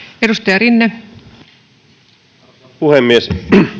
arvoisa puhemies